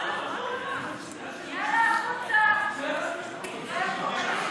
יולי יואל אדלשטיין, מצביע יאללה, החוצה.